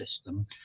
system